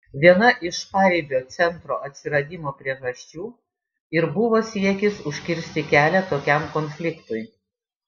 viena iš paribio centro atsiradimo priežasčių ir buvo siekis užkirsti kelią tokiam konfliktui